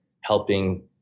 helping